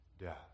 death